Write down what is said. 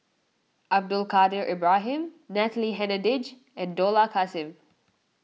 Abdul Kadir Ibrahim Natalie Hennedige and Dollah Kassim